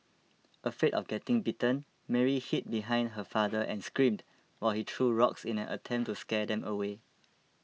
afraid of getting bitten Mary hid behind her father and screamed while he threw rocks in an attempt to scare them away